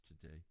today